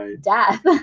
death